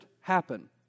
happen